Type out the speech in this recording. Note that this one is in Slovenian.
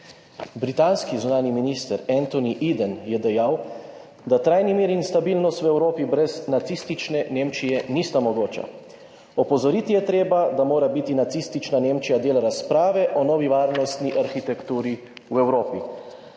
Britanski zunanji minister Antony Eden je dejal, da »trajni mir in stabilnost v Evropi brez nacistične Nemčije nista mogoča. Opozoriti je treba, da mora biti nacistična Nemčija del razprave o novi varnostni arhitekturi v Evropi,